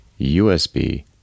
USB